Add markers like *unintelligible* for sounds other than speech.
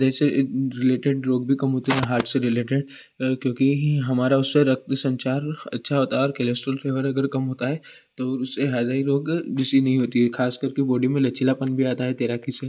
दिल से रिलेटेड रोग भी कम होते हैं हार्ट से रिलेटेड क्योंकि हमारा उससे रक्त संचार अच्छा होता है और कोलेस्ट्रॉल *unintelligible* कम होता है तो ओर उससे *unintelligible* रोग *unintelligible* नहीं होती है ख़ासकर के बोडी में लचीलापन भी आता है तैराकी से